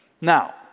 Now